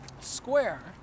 square